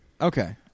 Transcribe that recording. Okay